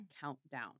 countdown